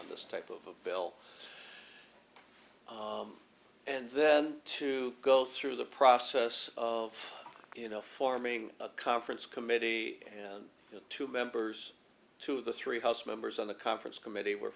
on this type of a bill and then to go through the process of you know forming conference committee and two members to the three house members on the conference committee were